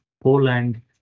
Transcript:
Poland